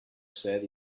said